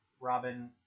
Robin